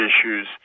issues